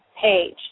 page